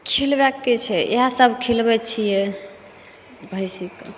खिलबैके छै इहए सब खिलबैत छियै भैंसीके